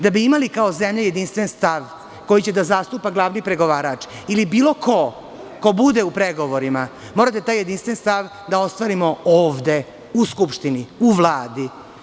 Da bi imali kao zemlja jedinstven stav koji će da zastupa glavni pregovarač, ili bilo ko ko bude u pregovorima, morate taj jedinstven stav da ostvarimo ovde u Skupštini, u Vladi.